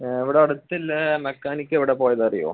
ഇവിടെ അടുത്തുള്ള മെക്കാനിക്ക് എവിടെ പോയതാണ് അറിയുമോ